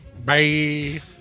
Bye